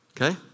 okay